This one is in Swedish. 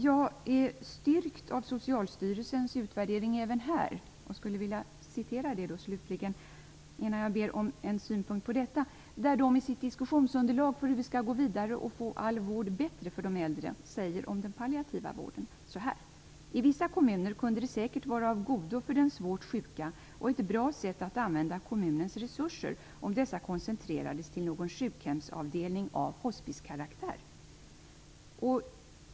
Jag är styrkt av Socialstyrelsens utvärdering även här, och jag skulle slutligen vilja, innan jag ber om en synpunkt på detta, återge vad man i utvärderingen, i diskussionsunderlaget för hur vi skall gå vidare för att få all vård bättre för de äldre, säger om den palliativa vården: I vissa kommuner kunde det säkert vara av godo för den svårt sjuka och ett bra sätt att använda kommunens resurser om dessa koncentrerades till någon sjukhemsavdelning av hospicekaraktär.